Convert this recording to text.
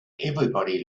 everybody